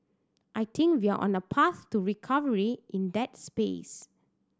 I think we're on a path to recovery in that space